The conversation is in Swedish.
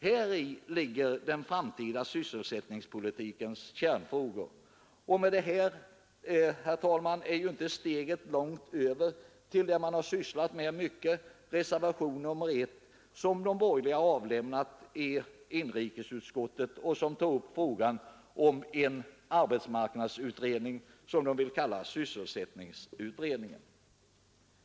Häri ligger en av den framtida sysselsättningspolitikens kärnfrågor. Därmed, herr talman, är steget inte långt över till det man sysslar med i reservationen 1, som de borgerliga avlämnat i inrikesutskottet, nämligen frågan om en arbetsmarknadsutredning som man vill kalla sysselsättningsutredning.